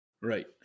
Right